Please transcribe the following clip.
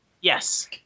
Yes